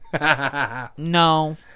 no